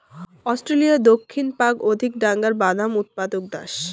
অস্ট্রেলিয়ার দক্ষিণ পাক অধিক ডাঙর বাদাম উৎপাদক দ্যাশ